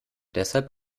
deshalb